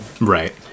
right